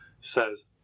says